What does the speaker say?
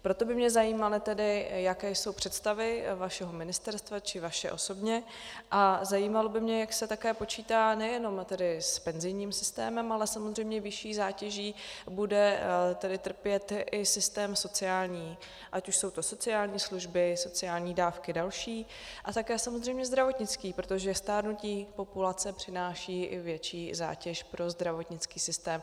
Proto by mě zajímalo, jaké jsou představy vašeho ministerstva či vaše osobně, a zajímalo by mě, jak se také počítá nejenom s penzijním systémem, ale samozřejmě vyšší zátěží bude trpět i systém sociální, ať už jsou to sociální služby, sociální dávky další, a také samozřejmě zdravotnictví, protože stárnutí populace přináší i větší zátěž pro zdravotnický systém.